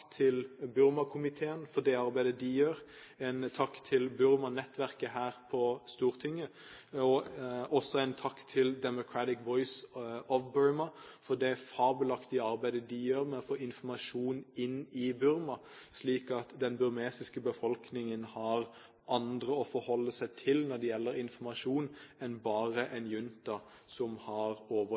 til Burmakomiteen for det arbeidet de gjør, en takk til Burma-nettverket her på Stortinget, og også en takk til Democratic Voice of Burma for det fabelaktige arbeidet de gjør med å få informasjon inn i Burma, slik at den burmesiske befolkningen har andre å forholde seg til når det gjelder informasjon, enn bare en junta som har